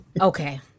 okay